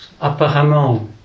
apparemment